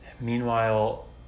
Meanwhile